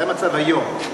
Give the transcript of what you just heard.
זה המצב היום.